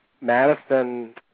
Madison